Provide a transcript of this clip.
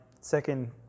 second